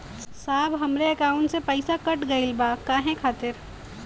साहब हमरे एकाउंट से पैसाकट गईल बा काहे खातिर?